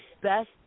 best